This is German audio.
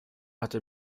hatte